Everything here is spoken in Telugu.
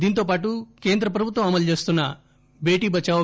దీంతోపాటు కేంద్ర ప్రభుత్వం అమలు చేస్తున్న బేటీ బచావో